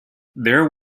their